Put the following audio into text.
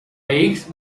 aix